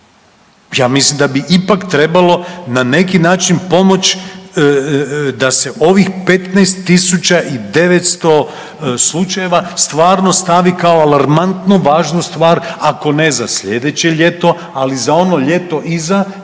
ja mislim da bi ipak trebalo na neki način pomoć da se ovih 15.900 slučajeva stvarno stavi kao alarmantno važnu stvar ako ne za sljedeće ljeto, ali za ono ljeto iza